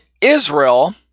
Israel